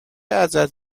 ازت